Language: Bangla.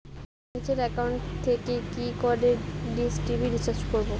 নিজের ব্যাংক একাউন্ট থেকে কি করে ডিশ টি.ভি রিচার্জ করবো?